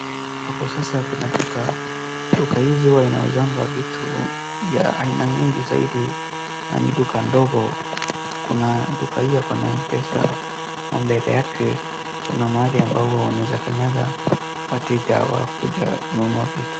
Hapo sasa kuna duka, duka hizi huwa inuzangwa vitu vya aina nyingi zaidi na ni duka ndogo. Duka hiyo kuna Mpesa, mbele yake kuna mahali ambavo unaeza kanyanga wateja wakuja kununua vitu.